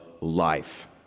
life